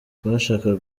twashakaga